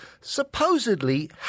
supposedly